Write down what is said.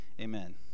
amen